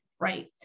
right